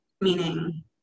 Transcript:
meaning